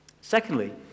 Secondly